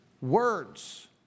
Words